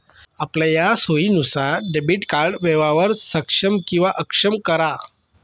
आपलया सोयीनुसार debit card व्यवहार सक्षम किंवा अक्षम करा